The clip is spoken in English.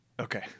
Okay